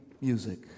music